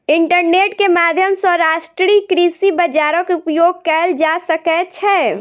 internet के माध्यम सॅ राष्ट्रीय कृषि बजारक उपयोग कएल जा सकै छै